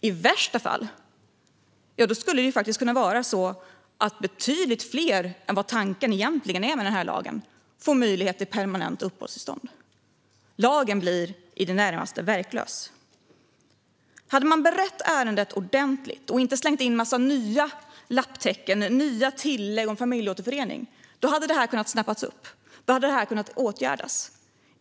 I värsta fall skulle det kunna vara så att betydligt fler än vad tanken egentligen är med den här lagen får möjlighet till permanent uppehållstillstånd. Lagen blir i det närmaste verkningslös. Om man hade berett ärendet ordentligt och inte slängt in en massa nya lapptäcken och nya tillägg, exempelvis om familjeåterförening, hade det här kunnat snabbas på. Då hade det kunnat åtgärdas.